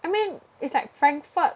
I mean it's like Frankfurt